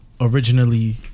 Originally